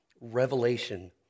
revelation